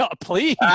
please